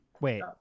Wait